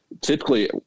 typically